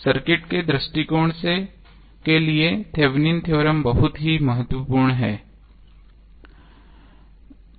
circuit के दृष्टिकोण के लिए थेवेनिन थ्योरम Thevenins theorem बहुत महत्वपूर्ण है